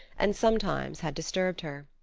and sometimes had disturbed her.